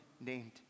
named